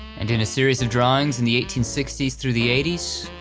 and in a series of drawings in the eighteen sixty s through the eighty s,